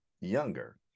younger